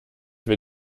wir